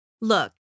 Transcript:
Look